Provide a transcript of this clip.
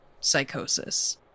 psychosis